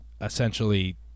essentially